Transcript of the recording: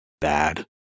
Bad